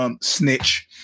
Snitch